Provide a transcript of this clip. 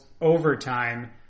overtime